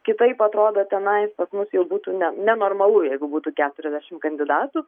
kitaip atrodo tenais pas mus jau būtų ne nenormalu jeigu būtų keturiasdešim kandidatų